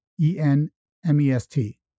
E-N-M-E-S-T